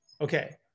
Okay